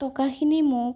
টকাখিনি মোক